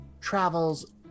travels